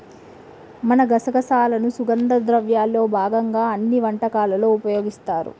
మనం గసగసాలను సుగంధ ద్రవ్యాల్లో భాగంగా అన్ని వంటకాలలో ఉపయోగిస్తారు